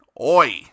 Oi